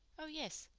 oh, yes,